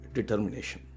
Determination